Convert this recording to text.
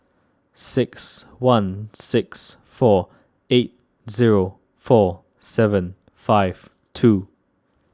six one six four eight zero four seven five two